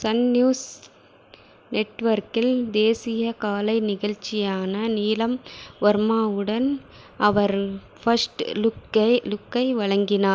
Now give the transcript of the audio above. Sun News நெட்வொர்க்கில் தேசிய காலை நிகழ்ச்சியான நீலம் வர்மாவுடன் அவர் ஃபர்ஸ்ட் லுக்கை லுக்கை வழங்கினார்